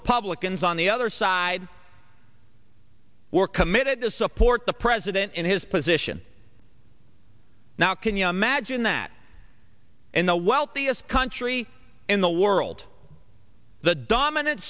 republicans on the other side were committed to support the president and his position now can you imagine that in the wealthiest country in the world the dominan